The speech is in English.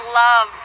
love